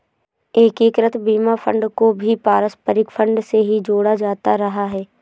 एकीकृत बीमा फंड को भी पारस्परिक फंड से ही जोड़ा जाता रहा है